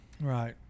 right